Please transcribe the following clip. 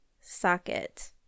socket